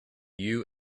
you